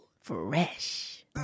Fresh